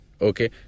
Okay